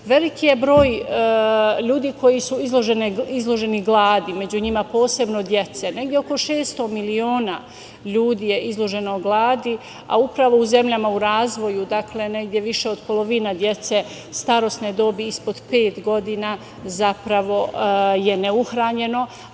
Veliki je broj ljudi koji su izloženi gladi, među njima posebno dece, negde oko 600 miliona ljudi je izloženo gladi, a upravo u zemljama u razvoju, dakle, negde više od polovine dece starosne dobi ispod pet godina, zapravo, je neuhranjeno,